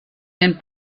den